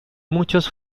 muchos